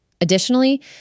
Additionally